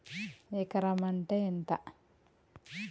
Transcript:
ఎకరం అంటే ఎంత?